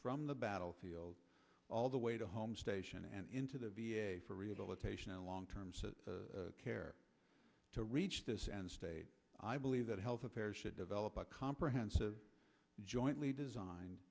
from the battlefield all the way to home station and into the for rehabilitation a long term care to reach this and stay i believe that health affairs should develop a comprehensive jointly designed